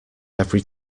every